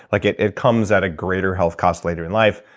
like it it comes at a greater health cost later in life,